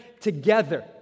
together